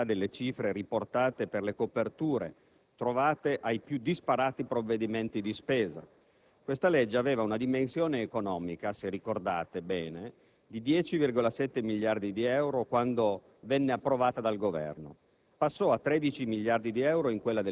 a parte la completa inaffidabilità delle cifre riportate per le coperture, trovate ai più disparati provvedimenti di spesa, questo provvedimento aveva una dimensione economica - se ben ricordate - di 10,7 miliardi di euro quando è stato approvato dal Governo;